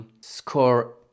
score